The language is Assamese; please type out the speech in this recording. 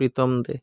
প্ৰীতম দে'